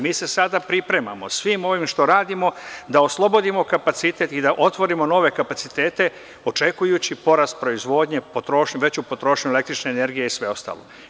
Mi se sada pripremo, svim ovim što radimo, da oslobodimo kapacitet i da otvorimo nove kapacitete očekujući porast proizvodnje, veću potrošnju električne energije i sve ostalo.